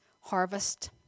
harvest